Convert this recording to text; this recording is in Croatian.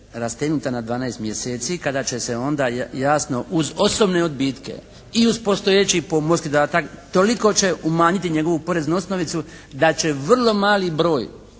rastegnuta na 12 mjeseci, kada će se onda jasno uz osobne odbitke i uz postojeći pomorski dodatak toliko će umanjiti njegovu poreznu osnovicu da će vrlo mali broj